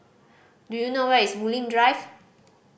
do you know where is Bulim Drive